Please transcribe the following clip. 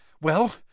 Well